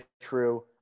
true